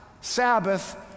Sabbath